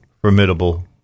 formidable